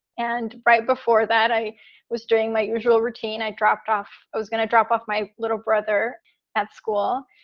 and right before that i was doing my usual routine. i dropped off. i was going to drop off my little brother at school.